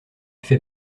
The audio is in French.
fait